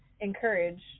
encourage